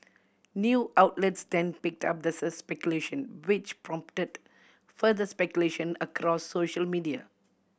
news outlets then picked up the speculation which prompted further speculation across social media